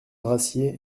rassied